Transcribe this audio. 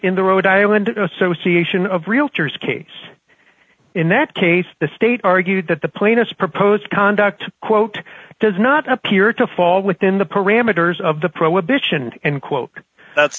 in the rhode island association of realtors case in that case the state argued that the plaintiff proposed conduct quote does not appear to fall within the parameters of the prohibition and quote that's